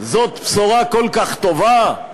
זאת בשורה כל כך טובה?